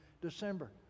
December